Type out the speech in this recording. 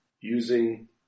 Using